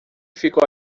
ficou